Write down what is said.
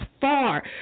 far